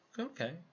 Okay